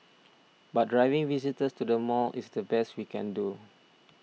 but driving visitors to the mall is the best we can do